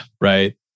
right